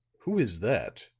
who is that?